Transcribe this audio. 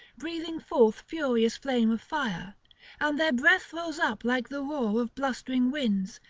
breathing forth furious flame of fire and their breath rose up like the roar of blustering winds,